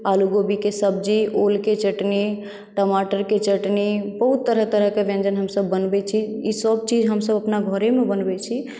आलु गोभीके सब्जी ओलकेँ चटनी टमाटरके चटनी बहुत तरह तरहके व्यञ्जन हमसभ बनबै छी ई सभ चीज हमसभ अपना घरेमे बनबै छी